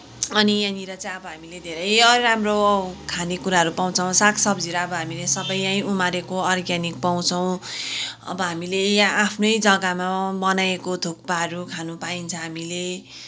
अनि यहाँनिर चाहिँ अब हामीले धेरैहरू राम्रो खाने कुराहरू पाउँछौँ सागसब्जीहरू अब हामीले सबै यहीँ उमारेको अर्ग्यानिक पाउँछौँ अब हामीले यहाँ आफ्नै जग्गामा बनाएको थुक्पाहरू खानु पाइन्छ हामीले